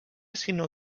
sinó